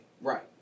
Right